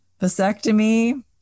vasectomy